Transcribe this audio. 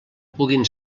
puguin